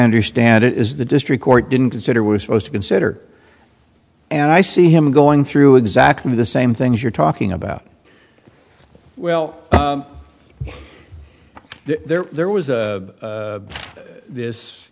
understand it is the district court didn't consider was supposed to consider and i see him going through exactly the same things you're talking about well there there was